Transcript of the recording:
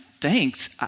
Thanks